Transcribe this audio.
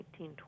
1920